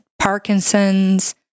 Parkinson's